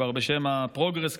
בשם הפרוגרס,